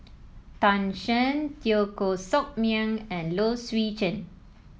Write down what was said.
Tan Shen Teo Koh Sock Miang and Low Swee Chen